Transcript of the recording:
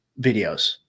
videos